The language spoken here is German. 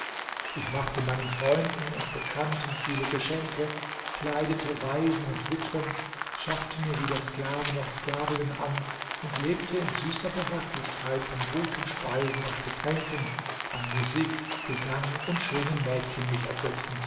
ich machte meinen freunden und bekannten viele geschenke kleidete weisen und witwen schaffte mir wieder sklaven und sklavinnen an und lebte in süßer behaglichkeit an guten speisen und getränken an musik gesang und schönen mädchen mich